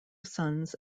sons